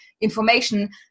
information